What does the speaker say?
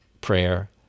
prayer